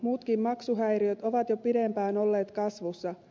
muutkin maksuhäiriöt ovat jo pidempään olleet kasvussa